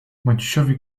maciusiowi